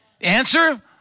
Answer